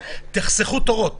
תחסכו כך תורות.